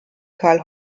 karl